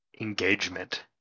engagement